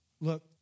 look